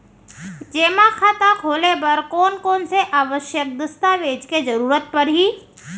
जेमा खाता खोले बर कोन कोन से आवश्यक दस्तावेज के जरूरत परही?